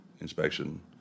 inspection